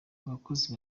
abakozi